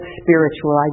spiritual